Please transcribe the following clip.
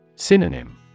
Synonym